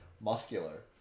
muscular